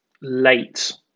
late